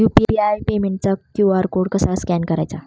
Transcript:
UPI पेमेंटचा QR code कसा scan करायचा?